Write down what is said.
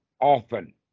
often